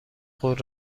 خود